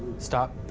stop,